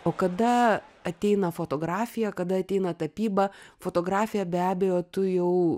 o kada ateina fotografija kada ateina tapyba fotografiją be abejo tu jau